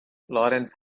lawrence